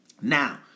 Now